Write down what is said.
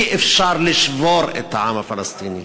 אי-אפשר לשבור את העם הפלסטיני.